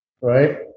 right